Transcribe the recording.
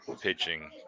pitching